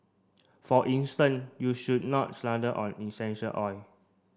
for instance you should not slather on essential oil